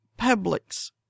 Publix